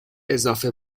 اضافه